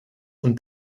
und